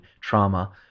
trauma